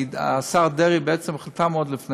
כי השר דרעי בעצם חיכה מאוד לפני